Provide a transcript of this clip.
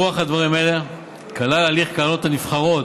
ברוח דברים אלה כלל הליך הקרנות הנבחרות,